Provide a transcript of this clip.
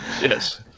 Yes